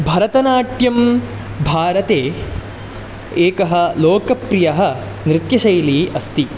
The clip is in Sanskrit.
भरतनाट्यं भारते एकः लोकप्रियः नृत्यशैली अस्ति